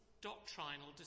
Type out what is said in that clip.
doctrinal